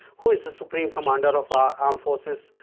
who is the supreme commander of our armed forces,